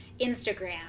Instagram